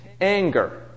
Anger